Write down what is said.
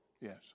yes